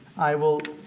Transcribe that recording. i will